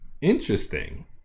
interesting